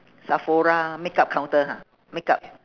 sephora makeup counter ha makeup